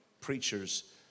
preachers